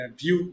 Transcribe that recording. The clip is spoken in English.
view